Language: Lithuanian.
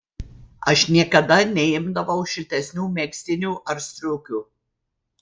aš niekada neimdavau šiltesnių megztinių ar striukių